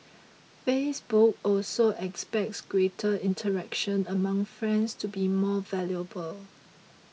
Facebook also expects greater interaction among friends to be more valuable